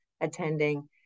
attending